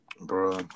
Bro